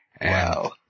Wow